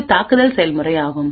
இது தாக்குதல் செயல்முறை ஆகும்